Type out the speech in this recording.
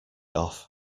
off